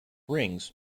rings